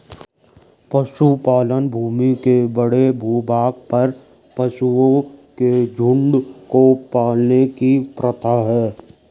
पशुपालन भूमि के बड़े भूभाग पर पशुओं के झुंड को पालने की प्रथा है